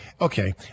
okay